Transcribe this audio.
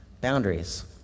boundaries